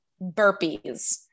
burpees